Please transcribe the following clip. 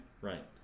Right